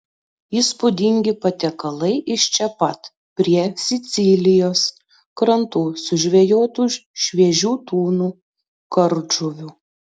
įspūdingi patiekalai iš čia pat prie sicilijos krantų sužvejotų šviežių tunų kardžuvių